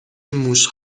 موش